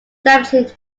damaging